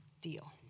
Deal